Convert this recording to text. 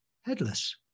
headless